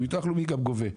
כי ביטוח לאומי גם גובה,